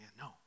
no